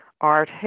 art